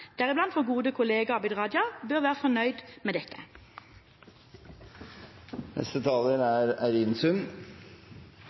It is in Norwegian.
deriblant vår gode kollega Abid Raja – bør være fornøyd med dette.